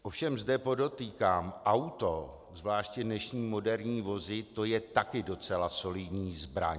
Ovšem zde podotýkám, auto, zvláště dnešní moderní vozy, to je taky docela solidní zbraň.